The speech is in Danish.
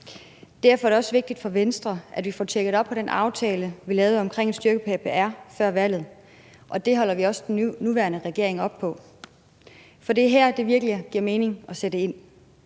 Derfor er det også vigtigt for Venstre, at vi får tjekket op på den aftale, vi lavede før valget om at styrke PPR, og det holder vi også den nuværende regering op på. For det er her, at det virkelig giver mening at sætte ind.